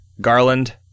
garland